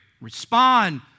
respond